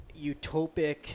utopic